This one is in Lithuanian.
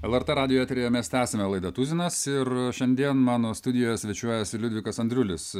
lrt radijo eteryje mes tęsiame laidą tuzinas ir šiandien mano studijoje svečiuojasi liudvikas andriulis